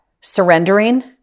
surrendering